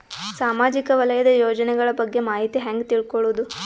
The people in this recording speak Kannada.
ಸಾಮಾಜಿಕ ವಲಯದ ಯೋಜನೆಗಳ ಬಗ್ಗೆ ಮಾಹಿತಿ ಹ್ಯಾಂಗ ತಿಳ್ಕೊಳ್ಳುದು?